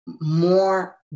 more